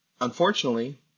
Unfortunately